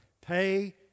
Pay